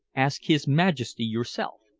ask his majesty yourself.